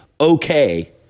okay